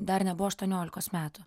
dar nebuvo aštuoniolikos metų